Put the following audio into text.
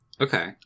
okay